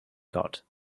got